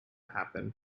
happen